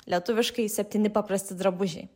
lietuviškai septyni paprasti drabužiai